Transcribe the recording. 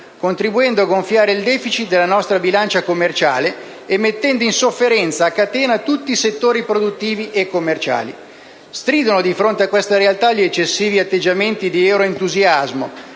contribuendo a gonfiare il *deficit* della nostra bilancia commerciale e mettendo in sofferenza, a catena, tutti i settori produttivi e commerciali. Stridono di fronte a questa realtà gli eccessivi atteggiamenti di euroentusiasmo